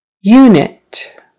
unit